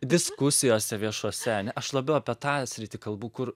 diskusijose viešose ne aš labiau apie tą sritį kalbu kur